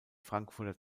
frankfurter